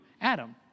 Adam